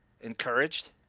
encouraged